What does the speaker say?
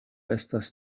estas